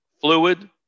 fluid